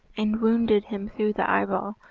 and wounded him through the eyeball,